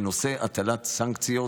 ונושא הטלת סנקציות,